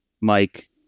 Mike